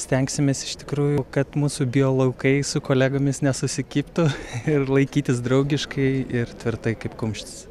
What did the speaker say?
stengsimės iš tikrųjų kad mūsų biolaukai su kolegomis nesusikibtų ir laikytis draugiškai ir tvirtai kaip kumštis